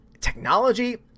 technology